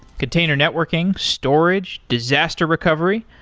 container networking, storage, disaster recovery,